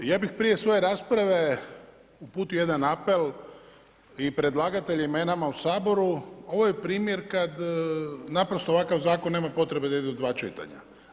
Ja bih prije svoje rasprave uputio jedan apel i predlagateljima i nama u Saboru, ovo je primjer kada naprosto ovakav zakon nema potrebe da ide u dva čitanja.